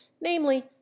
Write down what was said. namely